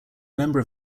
member